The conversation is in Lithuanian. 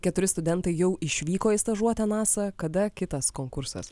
keturi studentai jau išvyko į stažuotę nasa kada kitas konkursas